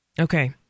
okay